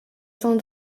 sans